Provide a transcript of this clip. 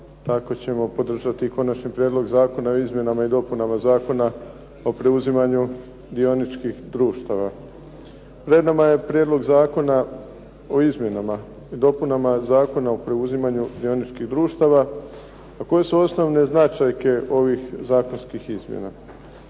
tako ćemo podržati i Konačni prijedlog zakona o izmjenama i dopunama Zakona o preuzimanju dioničkih društava. Pred nama je Prijedlog zakona o izmjenama i dopunama Zakona o preuzimanju dioničkih društava. Koje su osnovne značajke ovih zakonskih izmjena?